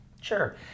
Sure